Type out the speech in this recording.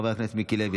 חבר הכנסת מיקי לוי,